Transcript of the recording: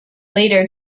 later